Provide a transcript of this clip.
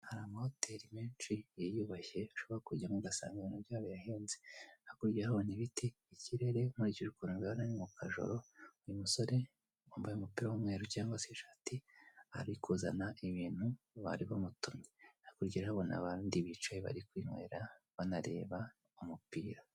Hari amahoteli menshi yiyubashye ushobora kujyamo ugasanga ibintu byarahenze, hakurya abonye ibiti ikirere, nk'urikije ukuntu urabona ari mu kajoro, uyu musore wambaye umupira w'umweru cyangwa se ishati ari kuzana ibintu bari bamutumye, hakurya urahabona abandi bicaye bari kwinywera banareba umupira.